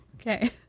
Okay